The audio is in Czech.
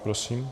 Prosím.